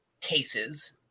cases